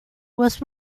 was